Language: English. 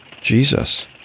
Jesus